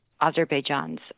Azerbaijan's